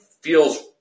feels